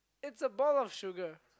it's a ball of sugar